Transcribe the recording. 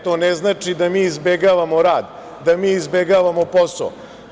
To ne znači da mi izbegavamo rad, da mi izbegavamo posao.